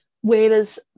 Whereas